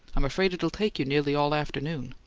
i'm afraid it'll take you nearly all afternoon.